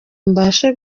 mbashe